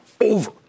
over